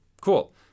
Cool